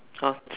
orh